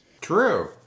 true